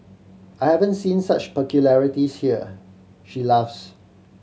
I haven't seen such peculiarities here she laughs